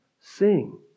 sing